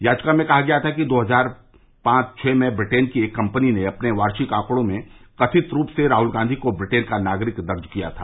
याचिका में कहा गया था कि दो हजार पांव छः में ब्रिटेन की एक कम्पनी ने अपने वार्षिक आंकड़ों में कथित रूप से राहुल गांधी को ब्रिटेन का नागरिक दर्ज किया था